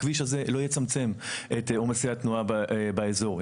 הכביש הזה לא יצמצם את עומסי התנועה באזור,